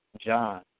John